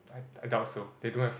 I I doubt so they don't have